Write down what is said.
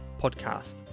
podcast